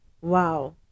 Wow